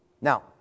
Now